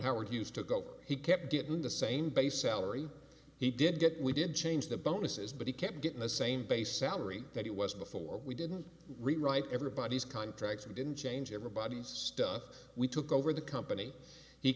howard used to go he kept getting the same base salary he did get we did change the bonuses but he kept getting the same base salary that he was before we didn't rewrite everybody's contracts and didn't change everybody's stuff we took over the company he